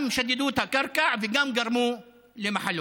גם שדדו את הקרקע וגם גרמו למחלות.